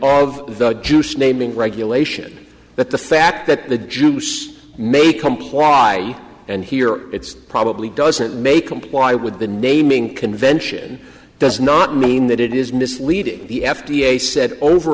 of the juice naming regulation but the fact that the juice made comply and here it's probably doesn't make comply with the naming convention does not mean that it is misleading the f d a said over